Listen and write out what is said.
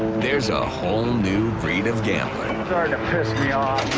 there's a whole new breed of gambling starting to piss me off